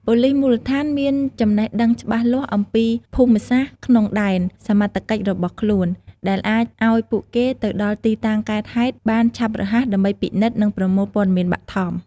ប៉ូលិសមូលដ្ឋានមានចំណេះដឹងច្បាស់លាស់អំពីភូមិសាស្ត្រក្នុងដែនសមត្ថកិច្ចរបស់ខ្លួន ដែលអាចឲ្យពួកគេទៅដល់ទីតាំងកើតហេតុបានឆាប់រហ័សដើម្បីពិនិត្យ និងប្រមូលព័ត៌មានបឋម។